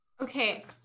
Okay